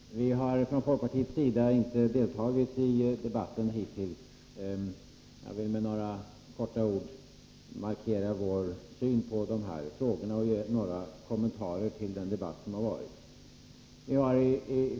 Fru talman! Vi har från folkpartiets sida inte deltagit i debatten hittills. Jag vill med några ord markera vår syn på dessa frågor och göra några kommentarer till den debatt som har varit.